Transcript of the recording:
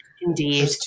Indeed